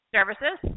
Services